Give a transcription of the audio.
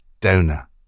donor